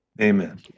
Amen